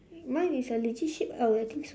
mine is a legit sheep uh I think so